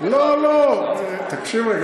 לא טענו את זה כנגדך,